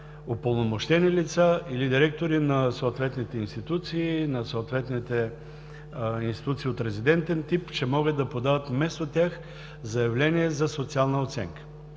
упълномощени лица или директори на съответните институции, на съответните институции от резидентен тип, ще могат да подават вместо тях заявление за социална оценка.